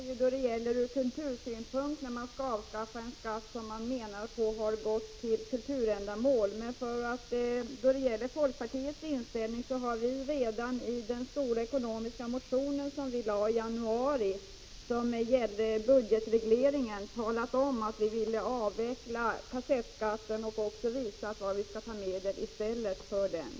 Herr talman! Det är endast ur kulturpolitisk synpunkt som det är betänkligt att avskaffa denna skatt. De pengar som man fått in genom avgifterna har ju gått till kulturändamål. Då det gäller folkpartiets inställning har vi redan i vår stora ekonomiska motion som väcktes i januari och som gällde budgetregleringen talat om att vi vill avveckla kassettskatten. Vi har också visat var motsvarande medel i stället kan tas.